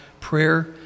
prayer